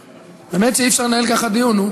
באמת שאי-אפשר לנהל ככה דיון.